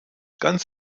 ganz